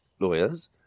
lawyers